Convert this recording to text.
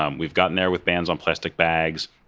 um we've gotten there with bans on plastic bags,